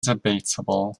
debatable